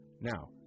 Now